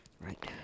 Right